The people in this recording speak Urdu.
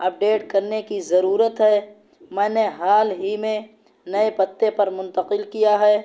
اپڈیٹ کرنے کی ضرورت ہے میں نے حال ہی میں نئے پتے پر منتقل کیا ہے